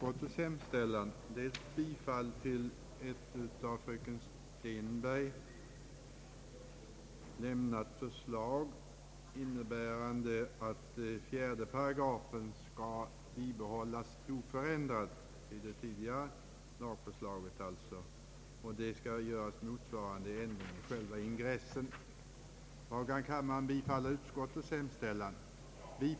Herr talman! Bevillningsutskottets betänkande i denna fråga är en kompromiss. Det är enhälligt. Jag ber att få yrka bifall till utskottets hemställan.